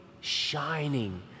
shining